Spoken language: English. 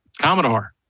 Commodore